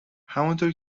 همونطور